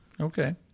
Okay